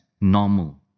normal